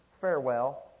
farewell